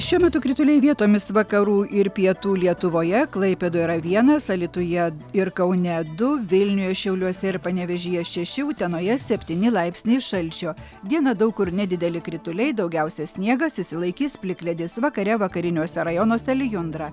šiuo metu krituliai vietomis vakarų ir pietų lietuvoje klaipėdoj yra vienas alytuje ir kaune du vilniuje šiauliuose ir panevėžyje šeši utenoje septyni laipsniai šalčio dieną daug kur nedideli krituliai daugiausia sniegas išsilaikys plikledis vakare vakariniuose rajonuose lijundra